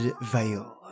Veil